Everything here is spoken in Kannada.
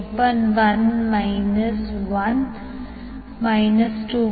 5 j0